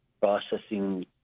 processing